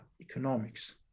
economics